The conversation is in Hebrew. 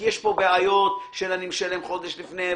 כי יש פה בעיות של אני משלם חודש לפני,